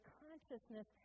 consciousness